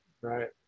Right